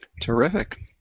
Terrific